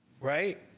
Right